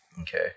Okay